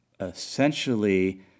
essentially